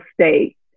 state